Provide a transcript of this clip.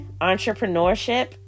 entrepreneurship